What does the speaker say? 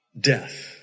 death